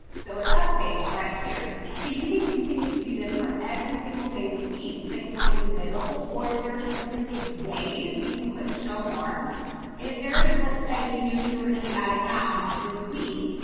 so it updates right here. so you can continue to do this for every single day of the week that you want to be available. or if there are specific days, you can click show more. and if there's let's say you knew you were going to be out of town this week,